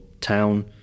town